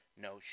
No